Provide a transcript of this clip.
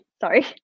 sorry